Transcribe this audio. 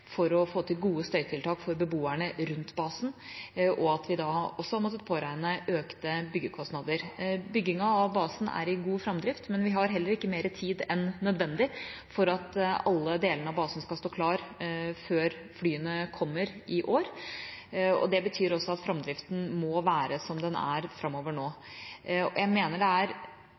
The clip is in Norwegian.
for å få til gode støytiltak for beboerne rundt basen, og at vi da også har måttet påregne økte byggekostnader. Byggingen av basen er i god framdrift, men vi har heller ikke mer tid enn nødvendig for at alle delene av basen skal stå klar før flyene kommer i år. Det betyr også at framdriften må være som den nå er, framover. Jeg mener det er